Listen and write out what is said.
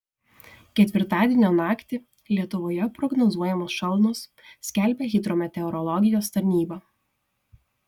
ketvirtadienio naktį lietuvoje prognozuojamos šalnos skelbia hidrometeorologijos tarnyba